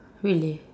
really